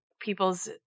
people's